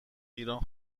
ایران